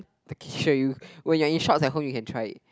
I can show you when you have shorts at home you can try it